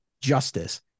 justice